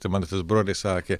tai mano tas brolis sakė